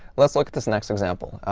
let's look at this next example.